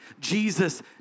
Jesus